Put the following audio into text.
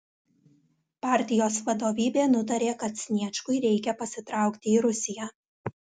partijos vadovybė nutarė kad sniečkui reikia pasitraukti į rusiją